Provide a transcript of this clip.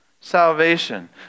Salvation